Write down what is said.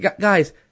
guys